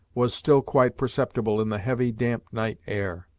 was still quite perceptible in the heavy, damp night air.